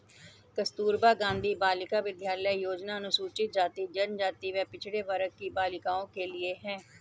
कस्तूरबा गांधी बालिका विद्यालय योजना अनुसूचित जाति, जनजाति व पिछड़े वर्ग की बालिकाओं के लिए है